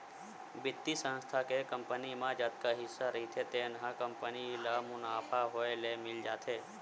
बित्तीय संस्था के कंपनी म जतका हिस्सा रहिथे तेन ह कंपनी ल मुनाफा होए ले मिल जाथे